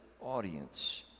audience